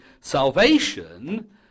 salvation